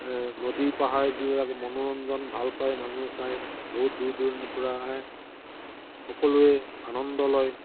নদী পাহাৰবিলাক মনোৰঞ্জন ভাল পায় মানুহে চাই বহুত দূৰ দূৰণিৰ পৰা আহে সকলোৱে আনন্দ লয়